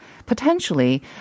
potentially